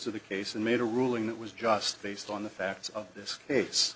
to the case and made a ruling that was just based on the facts of this case